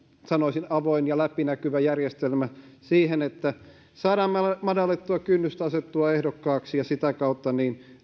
sanoisin avoin ja läpinäkyvä järjestelmä siihen että saadaan madallettua kynnystä asettua ehdokkaaksi ja sitä kautta